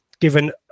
given